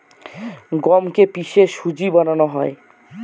গমকে কে পিষে সুজি বানানো হয়